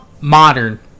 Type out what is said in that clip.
modern